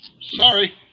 Sorry